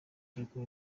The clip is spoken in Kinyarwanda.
yuko